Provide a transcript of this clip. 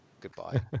goodbye